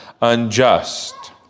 unjust